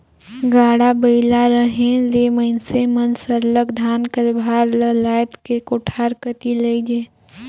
गाड़ा बइला रहें ले मइनसे मन सरलग धान कर भार ल लाएद के कोठार कती लेइजें